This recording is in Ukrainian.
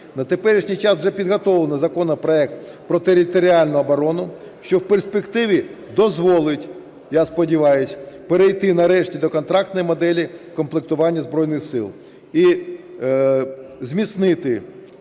На теперішній час вже підготовлено законопроект про територіальну оборону, що в перспективі дозволить, я сподіваюсь, перейти нарешті до контрактної моделі комплектування Збройних Сил і зміцнити